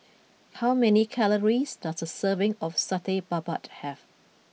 how many calories does a serving of Satay Babat have